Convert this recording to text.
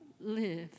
live